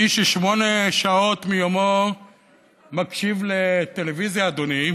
איש ששמונה שעות מיומו מקשיב לטלוויזיה, אדוני,